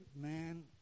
man